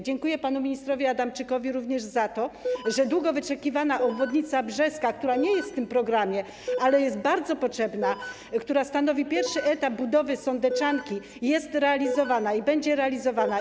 Dziękuję panu ministrowi Adamczykowi również za to, że długo wyczekiwana obwodnica Brzeska, która nie jest w tym programie, ale jest bardzo potrzebna, stanowi pierwszy etap budowy sądeczanki, jest realizowana i będzie realizowana.